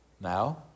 Now